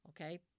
Okay